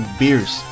beers